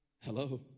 Hello